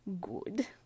Good